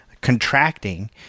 contracting